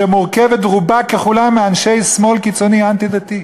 שמורכבת רובה ככולה מאנשי שמאל קיצוני אנטי-דתי.